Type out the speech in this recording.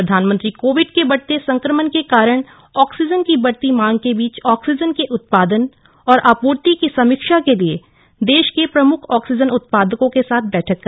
प्रधानमंत्री कोविड के बढ़ते संक्रमण के कारण ऑक्सीजन की बढ़ती मांग के बीच ऑक्सीजन के उत्पादन और आपूर्ति की समीक्षा के लिए देश के प्रमुख ऑक्सीजन उत्पादकों के साथ भी बैठक की